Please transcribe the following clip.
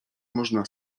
można